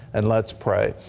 and let's pray.